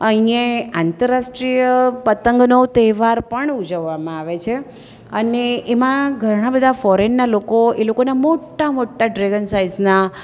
અહીંયા આંતરરાષ્ટ્રીય પતંગનો તહેવાર પણ ઉજવવામાં આવે છે અને એમાં ઘણાં બધા ફોરેનનાં લોકો એ લોકોના મોટા મોટા ડ્રેગન સાઈઝના